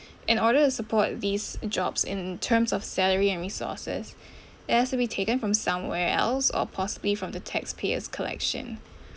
in order to support these jobs in terms of salary and resources it has to be taken from somewhere else or possibly from the taxpayers collection